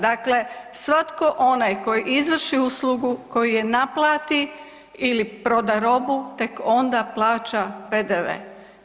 Dakle svatko onaj koji izvrši uslugu koji je naplati ili proda robu tek onda plaća PDV-e.